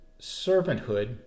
servanthood